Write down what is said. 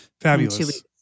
Fabulous